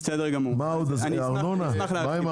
מה עם ארנונה?